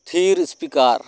ᱛᱷᱤᱨ ᱥᱯᱤᱠᱟᱨ